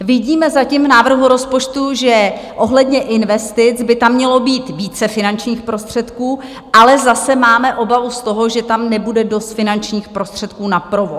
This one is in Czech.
Vidíme zatím v návrhu rozpočtu, že ohledně investic by tam mělo být více finančních prostředků, ale zase máme obavu z toho, že tam nebude dost finančních prostředků na provoz.